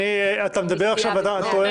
רגע, אתה מדבר עכשיו אתה טוען?